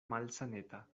malsaneta